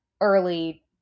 early